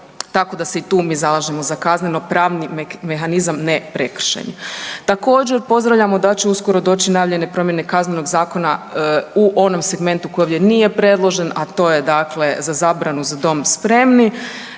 tako da se i tu mi zalažemo za kazneno-pravni mehanizam ne prekršajni. Također pozdravljamo da će uskoro doći najavljene promjene Kaznenog zakona u onom segmentu u kojem nije predložen, a to je da za zabranu „Za dom spremni“.